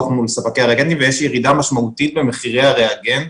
מול ספקי הריאגנטים ויש ירידה משמעותית במחירי הריאגנט,